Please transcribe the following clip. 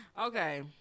okay